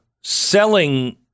selling